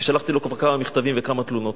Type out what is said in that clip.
כי שלחתי כבר מכתבים וכמה תלונות,